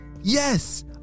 Yes